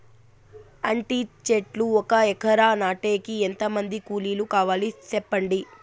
అంటి చెట్లు ఒక ఎకరా నాటేకి ఎంత మంది కూలీలు కావాలి? సెప్పండి?